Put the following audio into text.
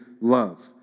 love